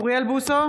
אוריאל בוסו,